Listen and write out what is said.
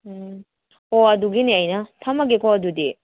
ꯎꯝ ꯍꯣꯍꯣꯏ ꯑꯗꯨꯒꯤꯅꯦ ꯑꯩꯅ ꯊꯝꯃꯒꯦꯀꯣ ꯑꯗꯨꯗꯤ